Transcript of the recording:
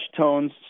tones